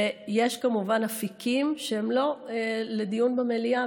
ויש כמובן אפיקים שהם לא לדיון במליאה,